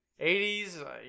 80s